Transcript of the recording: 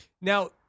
Now